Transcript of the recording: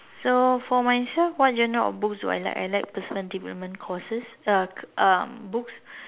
so for myself what genre of books do I like I like personal development courses uh um books